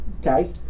Okay